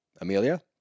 Amelia